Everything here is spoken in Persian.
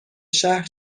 شهر